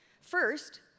First